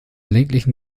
ländlichen